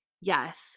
Yes